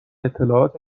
اطلاعات